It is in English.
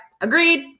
agreed